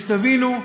כדי שתבינו,